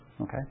Okay